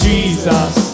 Jesus